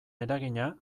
eragina